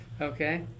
Okay